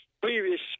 previous